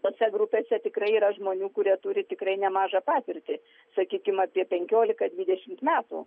tose grupėse tikrai yra žmonių kurie turi tikrai nemažą patirtį sakykime apie penkiolika dvidešimt metų